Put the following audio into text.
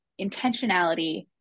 intentionality